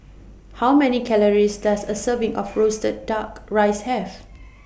How Many Calories Does A Serving of Roasted Duck Rice Have